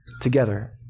together